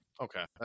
Okay